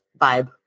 vibe